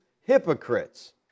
Hypocrites